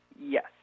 yes